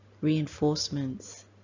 Reinforcements